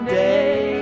day